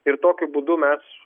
ir tokiu būdu mes